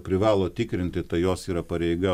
privalo tikrinti tai jos yra pareiga